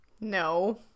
No